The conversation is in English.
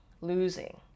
losing